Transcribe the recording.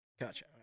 Gotcha